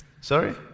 Sorry